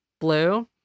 blue